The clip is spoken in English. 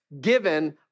given